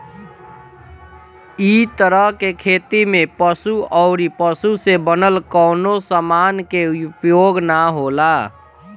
इ तरह के खेती में पशु अउरी पशु से बनल कवनो समान के उपयोग ना होला